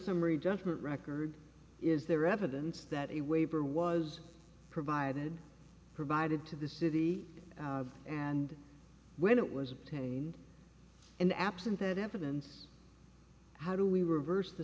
summary judgment record is there evidence that a waiver was provided provided to the city and when it was obtained and absent that evidence how do we reverse the